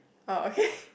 oh okay